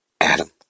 Adam